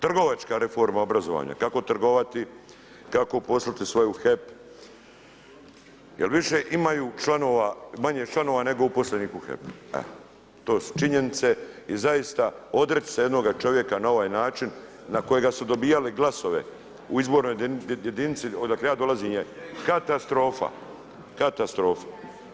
Trgovačka reforma obrazovanja, kako trgovati, kako poslati svoje u HEP, jer više imaju članova, manje članova nego u … To su činjenice i zaista odreći se čovjeka na ovaj način na kojega su dobivali glasove u izbornoj jedinici odakle ja dolazim je katastrofa, katastrofa.